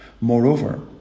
Moreover